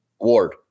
Ward